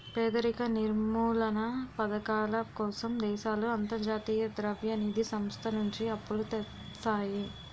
పేదరిక నిర్మూలనా పధకాల కోసం దేశాలు అంతర్జాతీయ ద్రవ్య నిధి సంస్థ నుంచి అప్పులు తెస్తాయి